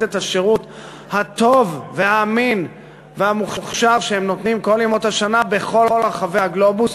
השירות הטוב והאמין והמוכשר שהם נותנים כל ימות השנה בכל רחבי הגלובוס,